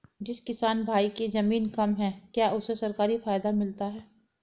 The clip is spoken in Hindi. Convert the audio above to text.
जिस किसान भाई के ज़मीन कम है क्या उसे सरकारी फायदा मिलता है?